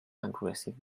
aggressive